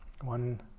one